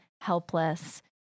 helpless